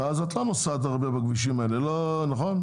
אז את לא נוסעת הרבה בכבישים האלה, נכון?